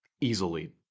easily